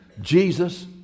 Jesus